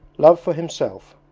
love for himself,